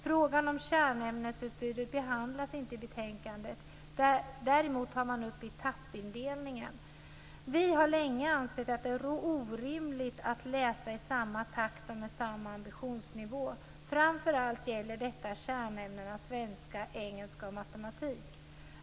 Frågan om kärnämnesutbudet behandlas inte i betänkandet. Däremot tar man upp etappindelningen. Vi har länge ansett att det är orimligt att alla skall läsa i samma takt och med samma ambitionsnivå. Framför allt gäller detta kärnämnena svenska, engelska och matematik.